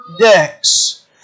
decks